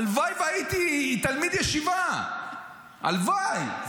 הלוואי והייתי תלמיד ישיבה, הלוואי.